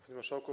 Panie Marszałku!